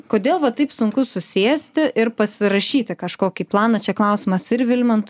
kodėl va taip sunku susėsti ir pasirašyti kažkokį planą čia klausimas ir vilmantui